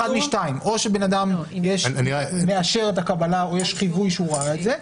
אחת משתיים: או שבן אדם מאשר את הקבלה או יש חיווי שהוא ראה את זה.